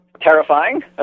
terrifying